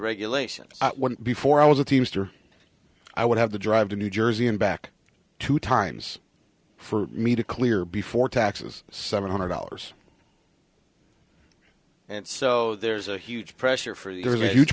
regulations before i was a teamster i would have to drive to new jersey and back two times for me to clear before taxes seven hundred dollars and so there's a huge pressure for you there's a huge